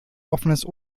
offenes